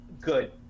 Good